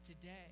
today